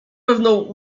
pewną